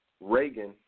Reagan